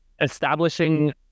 establishing